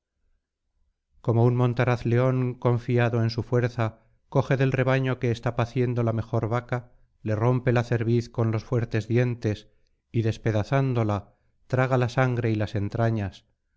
como un montaraz león confiado en su fuerza coge del rebaño que está paciendo la mejor vaca le rompe la cerviz con los fuertes dientes y despedazándola traga la sangre y las entrañas